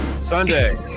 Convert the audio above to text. Sunday